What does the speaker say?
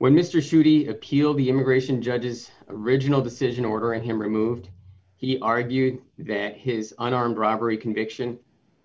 shooty appealed the immigration judges riginal decision order and him removed he argued that his an armed robbery conviction